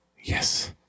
Yes